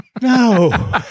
No